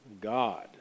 God